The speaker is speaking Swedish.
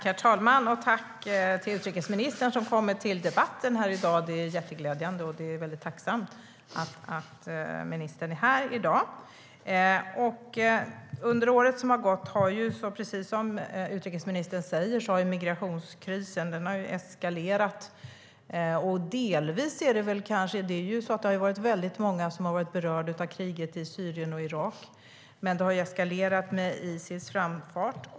Herr talman! Tack till utrikesministern, som har kommit hit till debatten i dag! Det är glädjande och tacksamt att ministern är här i dag. Under året som har gått har, precis som utrikesministern säger, migrationskrisen eskalerat. Många har varit berörda av kriget i Syrien och Irak, som har eskalerat med Isils framfart.